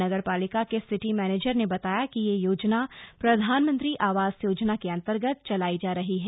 नगर पालिका के city manager ने बताया कि यह योजना प्रधानमंत्री आवास योजना के अंतर्गत चलाई जा रही है